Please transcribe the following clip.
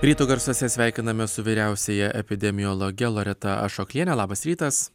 ryto garsuose sveikiname su vyriausiąja epidemiologe loreta ašokliene labas rytas